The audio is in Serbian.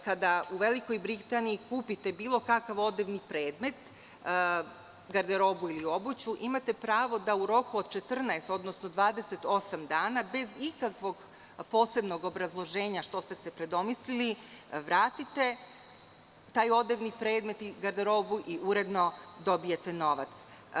Kada u Velikoj Britaniji kupite bilo kakav odevni predmet, garderobu ili obuću, imate pravo da u roku od 14 odnosno 28 dana, bez ikakvog posebnog obrazloženja što ste se predomislili, vratite taj odevni predmet i garderobu i uredno dobijete novac.